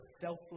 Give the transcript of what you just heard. selfless